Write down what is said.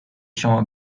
شما